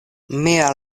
mia